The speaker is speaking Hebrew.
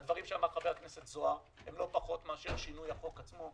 הדברים שאמר חבר הכנסת זוהר הם לא פחות מאשר שינוי החוק עצמו.